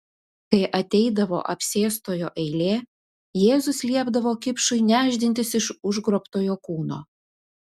kai ateidavo apsėstojo eilė jėzus liepdavo kipšui nešdintis iš užgrobtojo kūno